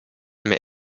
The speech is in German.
mir